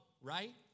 right